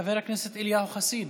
חבר הכנסת אליהו חסיד,